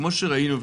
וכמו שראינו,